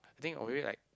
I think or maybe like